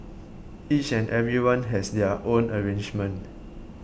each and everyone has their own arrangement